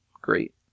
great